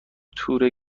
تور